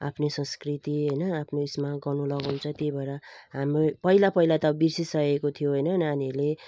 आफ्नै संस्कृति होइन आफ्नै यसमा गर्नु लगाउँछ त्यही भएर हाम्रो पहिला पहिला त बिर्सिसकेको थियो होइन नानीहरूले